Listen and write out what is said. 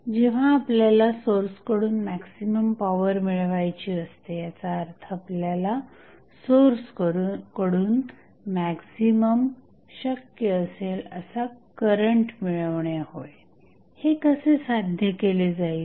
जेव्हा आपल्याला सोर्सकडून मॅक्झिमम पॉवर मिळवायची असते याचा अर्थ आपल्याला सोर्सकडून मॅक्झिमम शक्य असेल असा करंट मिळवणे होय हे कसे साध्य केले जाईल